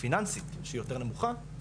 פיננסית שהיא יותר נמוכה,